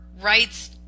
rights